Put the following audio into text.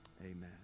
amen